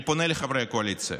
אני פונה לחברי הקואליציה: